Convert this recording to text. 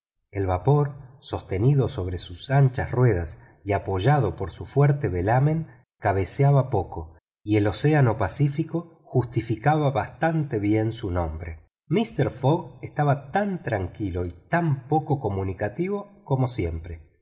el vapor sostenido sobre sus anchas ruedas y apoyado por su fuerte velamen cabeceaba poco y el océano pacífico justificaba bastante bien su nombre mister fogg estaba tan tranquilo y tan poco comunicativo como siempre